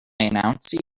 announce